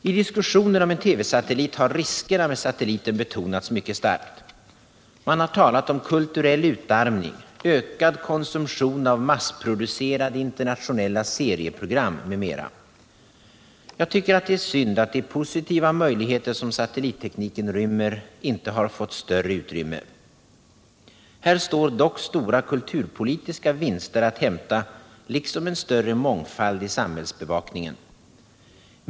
I diskussionen om en TV-satellit har riskerna med satelliten betonats mycket starkt. Man har talat om kulturell utarmning, ökad konsumtion av massproducerade internationella serieprogrm m.m. Jag tycker att det är synd att de positiva möjligheter som satellittekniken rymmer inte fått större utrymme. Här står dock stora kulturpolitiska vinster att hämta liksom en större mångfald i samhällsbevakningen.